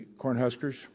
Cornhuskers